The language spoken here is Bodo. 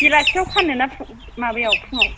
बेलासियाव फान्नो ना माबायाव फुङाव